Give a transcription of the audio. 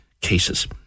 cases